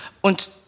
und